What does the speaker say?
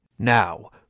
Now